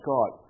God